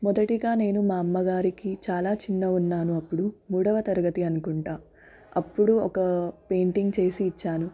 మొదటిగా నేను మా అమ్మగారికి చాలా చిన్నగా ఉన్నాను అపుడు మూడవ తరగతి అనుకుంటాను అప్పుడు ఒక పెయింటింగ్ చేసి ఇచ్చాను